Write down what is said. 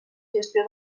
gestió